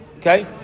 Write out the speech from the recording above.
Okay